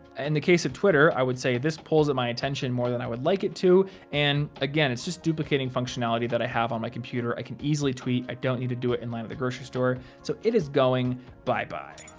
and the case of twitter, i would say this pulls at my attention more than i would like it to and, again, it's just duplicating functionality that i have on my computer. i can easily tweet. i don't need to do it in line at the grocery store. so it is going bye bye.